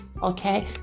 okay